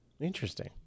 Interesting